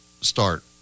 start